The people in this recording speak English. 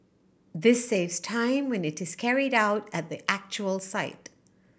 this saves time when it is carried out at the actual site